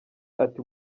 ati